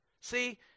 See